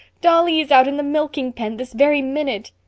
dolly is out in the milking pen this very minute.